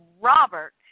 Robert